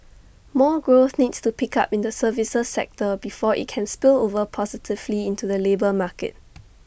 more growth needs to pick up in the services sector before IT can spill over positively into the labour market